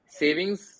savings